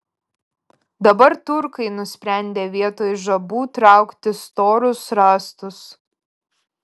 dabar turkai nusprendė vietoj žabų traukti storus rąstus